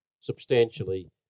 substantially